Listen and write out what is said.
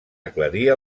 aclarir